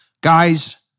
Guys